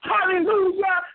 Hallelujah